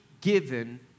given